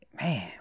man